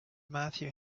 matthew